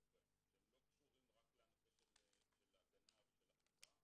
בהם שהם לא קשורים רק לנושא של הגנה ושל אכיפה,